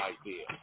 idea